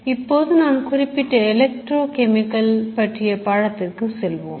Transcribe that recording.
இப்போது நான் குறிப்பிட்ட எலக்ட்ரோ கெமிக்கல் பற்றிய பாடத்திற்கு செல்வோம்